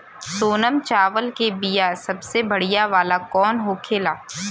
सोनम चावल के बीया सबसे बढ़िया वाला कौन होखेला?